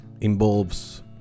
involves